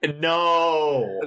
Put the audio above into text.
No